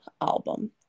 album